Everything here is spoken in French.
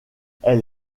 elle